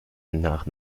nach